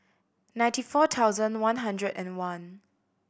ninety four thousand one hundred and one